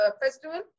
festival